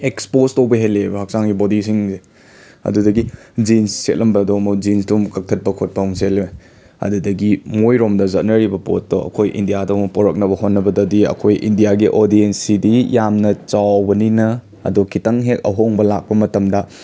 expose ꯇꯧꯕ ꯍꯦꯂꯛꯑꯦꯕ ꯍꯛꯆꯥꯡꯒꯤ ꯕꯣꯗꯤꯁꯤꯡꯁꯦ ꯑꯗꯨꯗꯒꯤ ꯖꯤꯟꯁ ꯁꯦꯠꯂꯝꯕꯗꯣ ꯑꯃꯨꯛ ꯖꯤꯟꯁꯇꯣ ꯑꯃꯨꯛ ꯀꯛꯊꯠꯄ ꯈꯣꯠꯄ ꯑꯃꯨꯛ ꯁꯦꯠꯂꯦ ꯑꯗꯨꯗꯒꯤ ꯃꯣꯏꯔꯣꯝꯗ ꯆꯠꯅꯔꯤꯕ ꯄꯣꯠꯇꯣ ꯑꯩꯈꯣꯏ ꯏꯟꯗꯤꯌꯥꯗ ꯑꯃꯨꯛ ꯄꯨꯔꯛꯅꯕ ꯍꯣꯠꯅꯕꯗꯗꯤ ꯑꯩꯈꯣꯏ ꯏꯟꯗꯤꯌꯥꯒꯤ ꯑꯣꯗꯤꯌꯦꯟꯁ ꯁꯤꯗꯤ ꯌꯥꯝꯅ ꯆꯥꯎꯕꯅꯤꯅ ꯑꯗꯣ ꯈꯤꯇꯪ ꯍꯦꯛ ꯑꯍꯣꯡꯕ ꯂꯥꯛꯄ ꯃꯇꯝꯗ